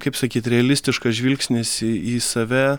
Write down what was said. kaip sakyt realistiškas žvilgsnis į save